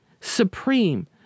supreme